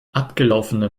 abgelaufene